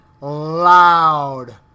loud